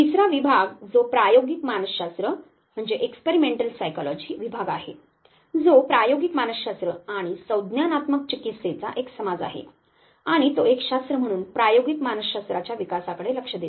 तिसरा विभाग जो प्रायोगिक मानसशास्त्र विभाग आहे जो प्रायोगिक मानसशास्त्र आणि संज्ञानात्मक चिकित्सेचा एक समाज आहे आणि तो एक शास्त्र म्हणून प्रायोगिक मानसशास्त्राच्या विकासाकडे लक्ष देतो